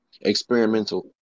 experimental